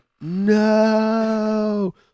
no